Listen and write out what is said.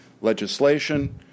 legislation